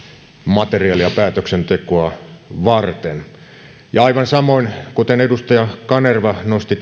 materiaalia päätöksentekoa varten aivan samoin kuten edustaja kanerva nosti